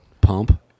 pump